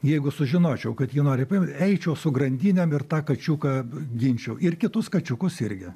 jeigu sužinočiau kad ji nori paimti eičiau su grandinėm ir tą kačiuką ginčiau ir kitus kačiukus irgi